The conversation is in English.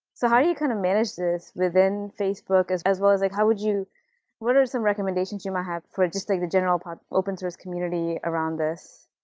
so how do you kind of manage this within facebook, as as well as like how would you what are some recommendations you might have for just like the general open-source community around this?